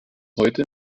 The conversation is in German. heute